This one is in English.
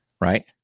right